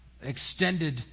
extended